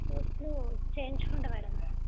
టెస్టులు చేయించుకుంటాను మేడం